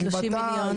ממתי?